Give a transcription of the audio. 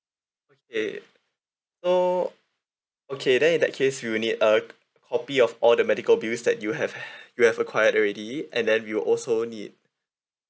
okay so okay then in that case we'll need a copy of all the medical bills that you have you've acquired already and then we'll also need